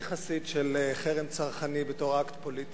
חסיד של חרם צרכני בתור אקט פוליטי.